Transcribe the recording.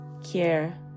care